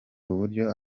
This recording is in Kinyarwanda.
uburyo